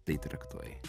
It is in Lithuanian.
tai traktuoji